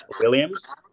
Williams